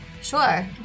Sure